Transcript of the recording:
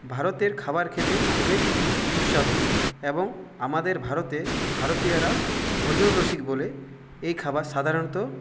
ভারতের খাবার খেতে খুবই সুস্বাদু এবং আমাদের ভারতে ভারতীয়রা ভোজর রসিক বলে এই খাবার সাধারণত